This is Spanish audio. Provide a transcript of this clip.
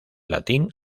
latín